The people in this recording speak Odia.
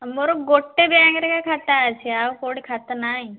ମୋର ଗୋଟେ ବ୍ୟାଙ୍କ୍ରେ ଏକା ଖାତା ଅଛି ଆଉ କେଉଁଠି ଖାତା ନାହିଁ